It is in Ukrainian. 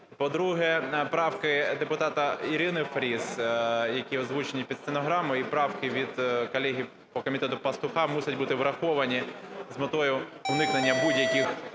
По-друге, правки депутат Ірини Фріз, які озвучені під стенограму, і правки від колеги по комітету Пастуха мусять бути враховані з метою уникнення будь-яких